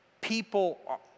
People